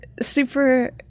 super